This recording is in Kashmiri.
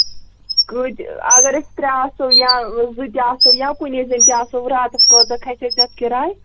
کۭتۍ اگر أسۍ ترٛےٚ آسو یا زٕ تہِ آسو یا کُنی زٔنۍ تہِ آسو راتَس کۭژاہ کھَسہِ تَتھ کِراے